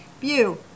view